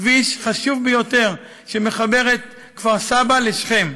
כביש חשוב ביותר, שמחבר את כפר סבא לשכם,